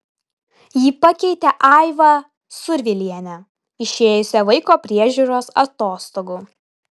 ji pakeitė aivą survilienę išėjusią vaiko priežiūros atostogų